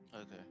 Okay